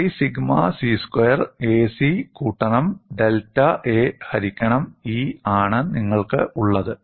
pi sigma C square a C കൂട്ടണം delta a ഹരിക്കണം E ആണ് നിങ്ങൾക്ക് ഉള്ളത്